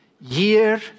year